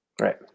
Right